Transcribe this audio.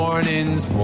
Morning's